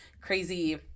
crazy